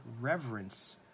reverence